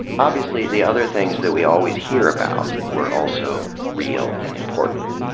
obviously, the other things that we always hear about were also real and important.